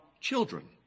children